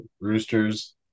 roosters